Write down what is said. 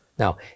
Now